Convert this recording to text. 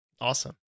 Awesome